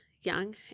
young